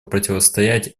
противостоять